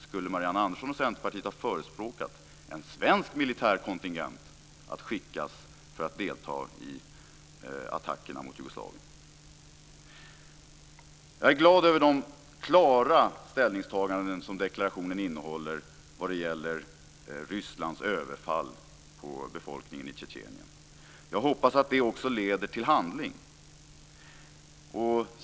Skulle Marianne Andersson och Centerpartiet ha förespråkat att en svensk militär kontingent skulle ha skickats för att delta i attackerna mot Jugoslavien? Jag är glad över de klara ställningstaganden som deklarationen innehåller vad det gäller Rysslands överfall på befolkningen i Tjetjenien. Jag hoppas att det också leder till handling.